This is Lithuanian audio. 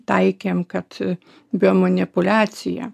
taikėm kad biomanipuliacija